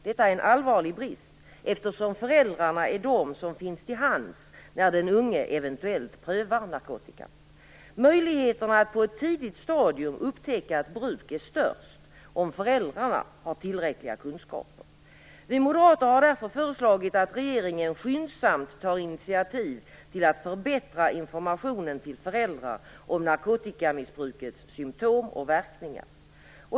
Detta är en allvarlig brist, eftersom föräldrarna är de som finns till hands när den unge eventuellt prövar narkotika. Möjligheterna att på ett tidigt stadium upptäcka ett bruk är störst om föräldrarna har tillräckliga kunskaper. Vi moderater har därför föreslagit att regeringen skyndsamt tar initiativ till att förbättra informationen till föräldrar om narkotikamissbrukets symtom och verkningar.